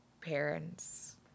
parents